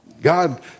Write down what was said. God